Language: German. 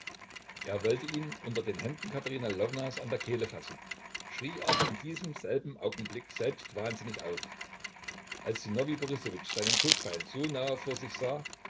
er wollte ihn unter den händen katerina lwownas an der kehle fassen schrie aber in diesem selben augenblick selbst wahnsinnig auf als sinowij borissowitsch seinen todfeind so nahe vor sich sah